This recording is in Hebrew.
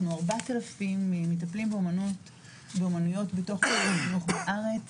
אנחנו 4,000 מטפלים באומנויות בתוך מערכת החינוך בארץ.